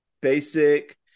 basic